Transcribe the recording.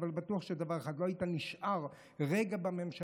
אבל דבר אחד בטוח: לא היית נשאר רגע בממשלה.